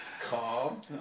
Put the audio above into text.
Calm